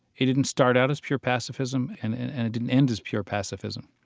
it didn't start out as pure pacifism and and and it didn't end as pure pacifism.